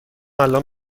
الان